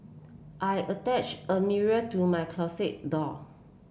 I attached a mirror to my closet door